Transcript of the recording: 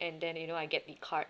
and then you know I get the card